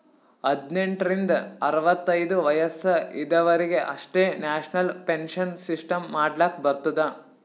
ಹದ್ನೆಂಟ್ ರಿಂದ ಅರವತ್ತೈದು ವಯಸ್ಸ ಇದವರಿಗ್ ಅಷ್ಟೇ ನ್ಯಾಷನಲ್ ಪೆನ್ಶನ್ ಸಿಸ್ಟಮ್ ಮಾಡ್ಲಾಕ್ ಬರ್ತುದ